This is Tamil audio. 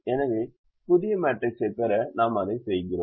எனவே புதிய மேட்ரிக்ஸைப் பெற நாம் அதைச் செய்கிறோம்